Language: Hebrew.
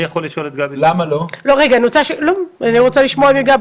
אני רוצה לשמוע מגבי,